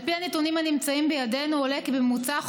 על פי הנתונים הנמצאים בידינו עולה כי בממוצע חודשי,